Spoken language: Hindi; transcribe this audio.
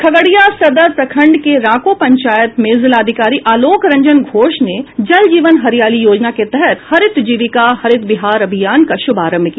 खगड़िया सदर प्रखंड के रांको पंचायत में जिलाधिकारी आलोक रंजन घोष ने जल जीवन हरियाली योजना के तहत हरित जीविका हरित बिहार अभियान का शुभारंभ किया